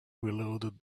reloaded